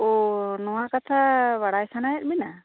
ᱳ ᱱᱚᱶᱟ ᱠᱟᱛᱷᱟ ᱵᱟᱲᱟᱭ ᱥᱟᱱᱟᱭᱮᱫ ᱵᱮᱱᱟ